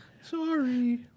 Sorry